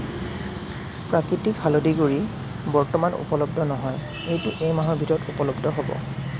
প্ৰাকৃতিক হালধি গুড়ি বৰ্তমান উপলব্ধ নহয় এইটো এই মাহৰ ভিতৰত উপলব্ধ হ'ব